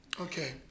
Okay